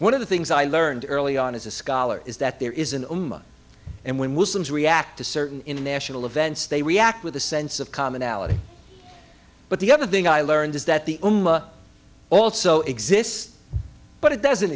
one of the things i learned early on as a scholar is that there is an and when wilson's react to certain international events they react with a sense of commonality but the other thing i learned is that the also exists but it doesn't